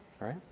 Right